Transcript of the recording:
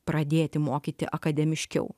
pradėti mokyti akademiškiau